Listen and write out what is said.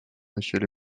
monsieur